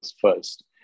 first